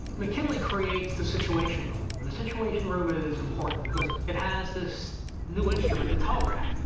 mckinley creates the situation room. the situation room is important because it has this new instrument, the telegraph,